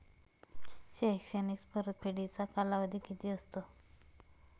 शैक्षणिक परतफेडीचा कालावधी किती असतो?